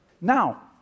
Now